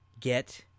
get